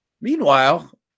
Meanwhile